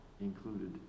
included